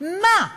מה?